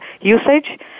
usage